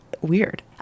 weird